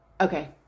Okay